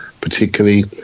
particularly